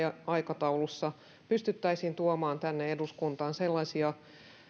aikataulussa pystyttäisiin tuomaan tänne eduskuntaan sellaisia